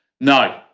No